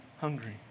hungry